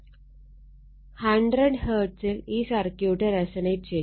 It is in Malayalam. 100 Hz ൽ ഈ സർക്യൂട്ട് റെസൊണേറ്റ് ചെയ്യും